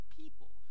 people